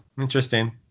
Interesting